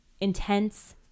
intense